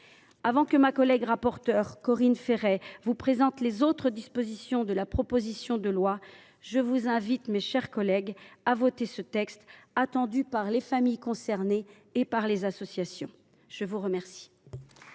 Avant que ma collègue rapporteure Corinne Féret ne vous présente les autres dispositions de la proposition de loi, je vous invite, mes chers collègues, à voter ce texte attendu par les familles concernées et les associations. La parole